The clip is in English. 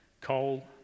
coal